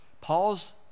Paul's